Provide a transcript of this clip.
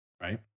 right